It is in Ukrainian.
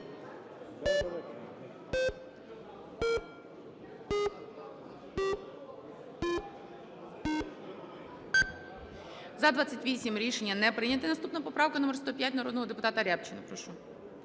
За-28 Рішення не прийнято. Наступна поправка номер 105 народного депутата Рябчина, прошу.